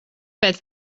pēc